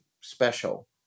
special